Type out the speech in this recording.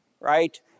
right